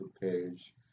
page